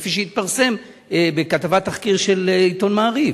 כפי שהתפרסם בכתבת תחקיר של עיתון "מעריב"?